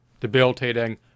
debilitating